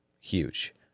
Huge